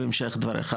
בהמשך דבריך.